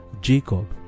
Jacob